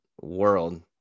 world